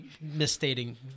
misstating